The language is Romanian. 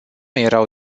erau